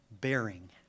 bearing